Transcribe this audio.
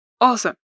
awesome